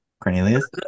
Cornelius